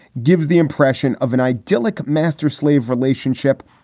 gives the impression of an idyllic master slave relationship,